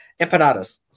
Empanadas